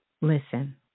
Listen